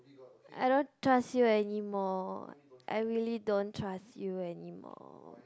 I don't trust you anymore